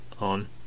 on